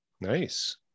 Nice